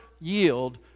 yield